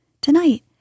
Tonight